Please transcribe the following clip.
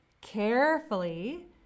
carefully